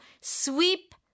Sweep